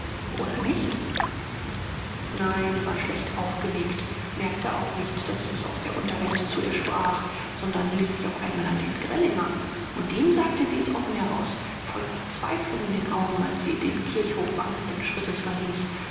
oder nicht nein sie war schlecht aufgelegt merkte auch nicht daß es aus der unterwelt zu ihr sprach sondern hielt sich auf einmal an den grellinger und dem sagte sie's offen heraus voll verzweiflung in den augen als sie den kirchhof wankenden schrittes verließ